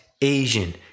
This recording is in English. Asian